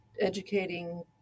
educating